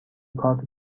کارت